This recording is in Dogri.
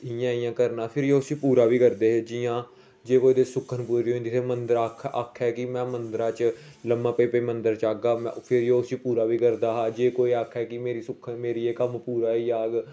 इयां करना ते फिह् ओह् उसी पूरा बी करदे हे जियां कियां जे कोई सुक्खन पूरी होई जंदी बंदा आक्खे कि में मदरां च लम्मा पेई पेई मदंर जागा फिर ओह् उसी पूरा बी करदा हा जे कोई आक्खा कि मेरी सुक्खन मेरी एह् कम्म पूरा होई जाग